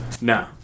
No